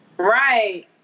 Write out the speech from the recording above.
Right